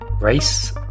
race